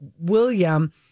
William